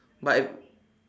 but I